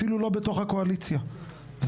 אפילו לא בתוך הקואליציה ועדיין,